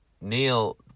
Neil